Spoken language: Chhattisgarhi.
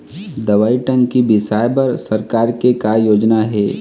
दवई टंकी बिसाए बर सरकार के का योजना हे?